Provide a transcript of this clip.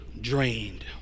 drained